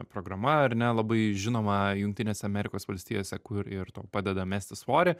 programa ar ne labai žinoma jungtinėse amerikos valstijose kur ir tau padeda mesti svorį